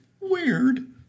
weird